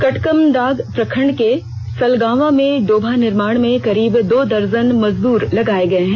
कटकमदाग प्रखंड के सलगांवां में डोभा निर्माण में करीब दो दर्जन मजदूर लगाये गए हैं